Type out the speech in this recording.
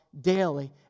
daily